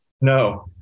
No